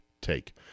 take